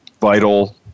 vital